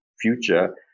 future